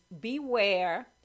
Beware